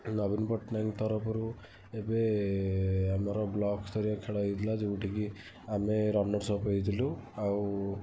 ନବୀନ ପଟନାୟକଙ୍କ ତରଫରୁ ଏବେ ଆମର ବ୍ଲକସ୍ତରୀୟ ଖେଳ ହେଇଥିଲା ଯେଉଁଠିକି ଆମେ ରନର୍ସଅପ୍ ହୋଇଥିଲୁ ଆଉ